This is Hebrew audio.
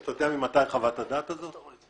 אתה יודע ממתי חוות הדעת הזאת?